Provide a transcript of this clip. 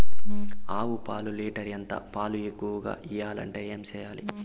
ఆవు పాలు లీటర్ ఎంత? పాలు ఎక్కువగా ఇయ్యాలంటే ఏం చేయాలి?